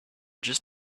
just